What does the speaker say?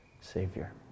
savior